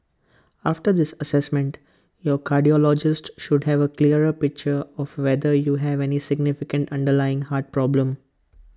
after this Assessment your cardiologist should have A clearer picture of whether you have any significant underlying heart problem